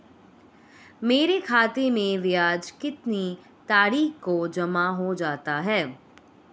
मेरे खाते में ब्याज कितनी तारीख को जमा हो जाता है?